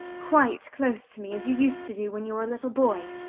quite close to me, as you used to do when you were a little boy,